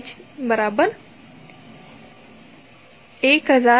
77 cos 19